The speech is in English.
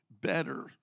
better